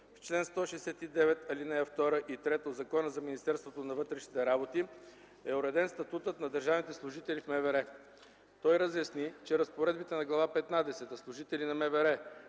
В чл. 169, ал. 2 и 3 от Закона за Министерството на вътрешните работи е уреден статутът на държавните служители в МВР. Той разясни, че разпоредбите на Глава петнадесета „Служители на МВР”,